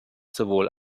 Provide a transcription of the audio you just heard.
sowohl